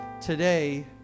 today